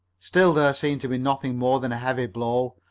still there seemed to be nothing more than a heavy blow,